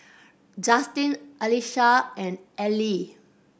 Justen Alesha and Ellyn